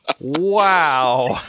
Wow